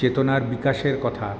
চেতনার বিকাশের কথা